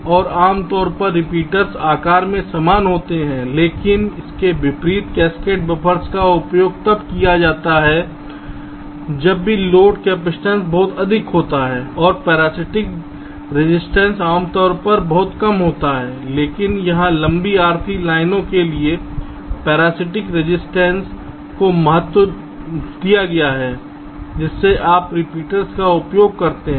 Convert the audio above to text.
और आमतौर पर रिपीटर्स आकार में समान होते हैं लेकिन इसके विपरीत कैस्केड बफ़र्स का उपयोग तब किया जाता है जब भी लोड कैपेसिटेंस बहुत अधिक होता है और पैरासिटिक रेसिस्टेन्सेस आमतौर पर बहुत कम होता है लेकिन यहां लंबी RC लाइनों के लिए पैरासिटिक रेसिस्टेन्सेस को महत्व दिया गया है जिसमें आप रिपीटर्स का उपयोग करते हैं